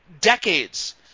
decades